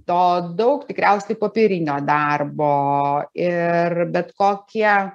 to daug tikriausiai popierinio darbo ir bet kokie